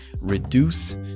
reduce